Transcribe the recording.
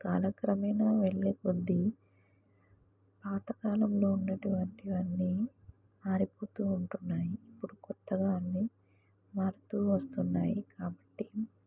కాలక్రమేణ వెళ్ళే కొద్ది పాతకాలంలో ఉన్నటువంటివి అన్నీ మారిపోతు ఉంటున్నాయి ఇప్పుడు కొత్తగా అన్నీ మారుతు వస్తున్నాయి కాబట్టి